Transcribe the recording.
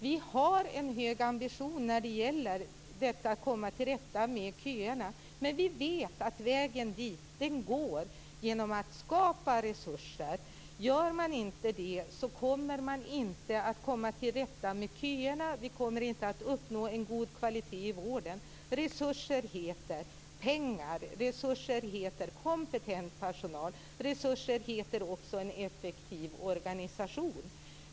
Vi har en hög ambition när det gäller att komma till rätta med köerna. Men vi vet att vägen dit är att skapa resurser. Gör man inte det kommer man inte att komma till rätta med köerna. Vi kommer inte att uppnå en god kvalitet i vården. Resurser heter pengar. Resurser heter kompetent personal. Resurser heter också en effektiv organisation.